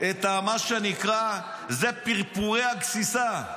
מה שנקרא, פרפורי גסיסה.